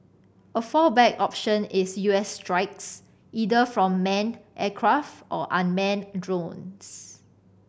a fallback option is U S strikes either from manned aircraft or unmanned drones